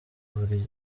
buri